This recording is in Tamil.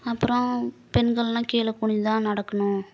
அப்புறம் பெண்கள்லாம் கீழே குனிந்துதான் நடக்கணும்